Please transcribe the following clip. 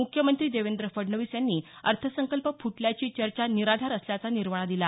मुख्यमंत्री देवेंद्र फडणवीस यांनी अर्थसंकल्प फुटल्याची चर्चा निराधार असल्याचा निर्वाळा दिला